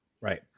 Right